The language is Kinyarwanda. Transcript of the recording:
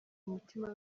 umutima